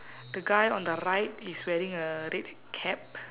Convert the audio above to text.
the guy on the right is wearing a red cap